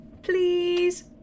Please